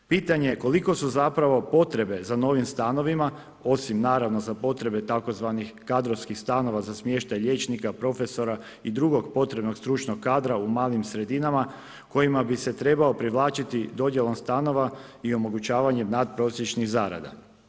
Pitanje je koliko su zapravo potrebe za novim stanovima, osim naravno za potrebe tzv. kadrovskih stanova za smještaj liječnika, profesora i drugog potrebnog stručnog kadra u malim sredinama kojima bi se trebao privlačiti dodjelom stanova i omogućavanje nadprosječnih zarada.